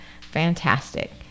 fantastic